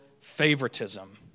favoritism